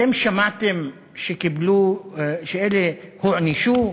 אתם שמעתם שקיבלו, שאלה הוענשו?